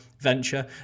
venture